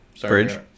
Bridge